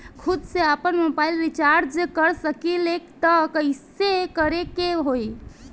खुद से आपनमोबाइल रीचार्ज कर सकिले त कइसे करे के होई?